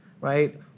right